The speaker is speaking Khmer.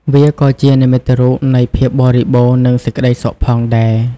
វាក៏ជានិមិត្តរូបនៃភាពបរិបូរណ៍ និងសេចក្តីសុខផងដែរ។